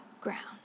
ground